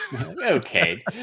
okay